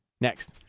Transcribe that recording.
Next